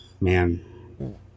Man